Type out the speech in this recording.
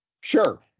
Sure